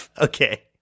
okay